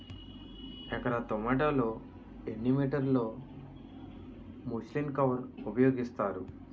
ఎకర టొమాటో లో ఎన్ని మీటర్ లో ముచ్లిన్ కవర్ ఉపయోగిస్తారు?